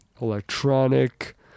electronic